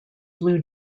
blue